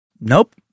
Nope